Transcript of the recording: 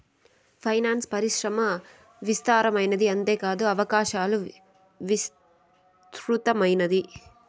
finance పరిశ్రమ విస్తృతమైనది అంతేకాదు అవకాశాలు విస్తృతమైనది